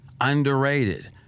underrated